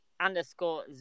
underscore